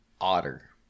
otter